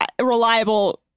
reliable